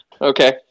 Okay